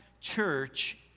church